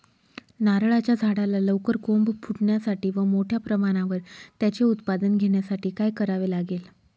नारळाच्या झाडाला लवकर कोंब फुटण्यासाठी व मोठ्या प्रमाणावर त्याचे उत्पादन घेण्यासाठी काय करावे लागेल?